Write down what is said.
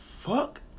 fuck